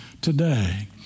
today